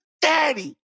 daddy